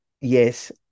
yes